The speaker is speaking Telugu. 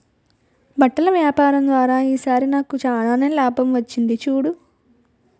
బట్టల వ్యాపారం ద్వారా ఈ సారి నాకు చాలానే లాభం వచ్చింది చూడు